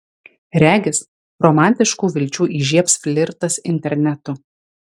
regis romantiškų vilčių įžiebs flirtas internetu